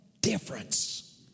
difference